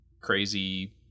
crazy